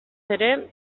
ere